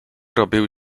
robiły